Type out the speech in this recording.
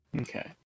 okay